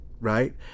right